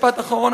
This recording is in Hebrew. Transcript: משפט אחרון,